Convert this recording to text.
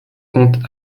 comtes